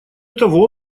того